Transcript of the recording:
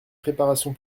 préparation